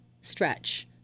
stretch